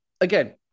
again